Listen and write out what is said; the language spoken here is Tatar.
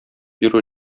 йөрү